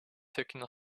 taking